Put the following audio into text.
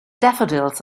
daffodils